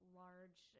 large